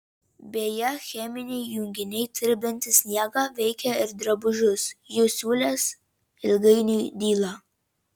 beje cheminiai junginiai tirpdantys sniegą veikia ir drabužius jų siūlės ilgainiui dyla